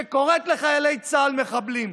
שקוראת לחיילי צה"ל מחבלים.